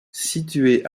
située